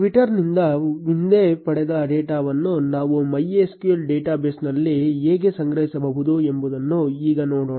ಟ್ವಿಟರ್ನಿಂದ ಹಿಂದೆ ಪಡೆದ ಡೇಟಾವನ್ನು ನಾವು MySQL ಡೇಟಾಬೇಸ್ನಲ್ಲಿ ಹೇಗೆ ಸಂಗ್ರಹಿಸಬಹುದು ಎಂಬುದನ್ನು ಈಗ ನೋಡೋಣ